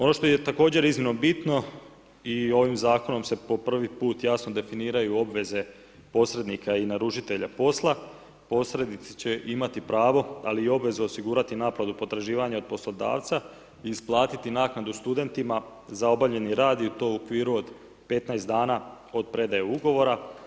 Ono što je također iznimno bitno i ovim zakonom se po prvi put jasno definiraju obveze posrednika i naručitelja posla, posrednici će imati pravo, ali i obvezu osigurati naplatu potraživanja poslodavca, isplatiti naknadu studentima za obavljeni rad i to u okviru od 15 dana od predaje ugovora.